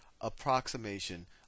approximation